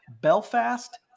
Belfast